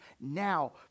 now